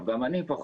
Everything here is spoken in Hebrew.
גם אני פוחד,